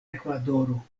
ekvadoro